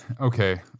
Okay